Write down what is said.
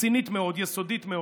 רצינית מאוד, יסודית מאוד.